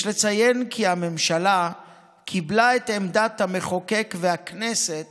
יש לציין כי הממשלה קיבלה את עמדת המחוקק והכנסת